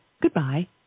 Goodbye